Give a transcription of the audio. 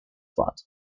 flood